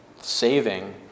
saving